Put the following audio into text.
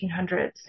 1800s